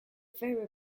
very